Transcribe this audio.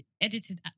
edited